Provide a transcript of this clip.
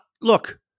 look